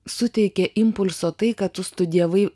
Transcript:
suteikė impulso tai kad tu studijavai